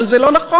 אבל זה לא נכון.